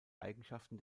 eigenschaften